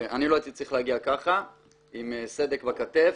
אני לא הייתי צריך להגיע ככה עם סדק בכתף,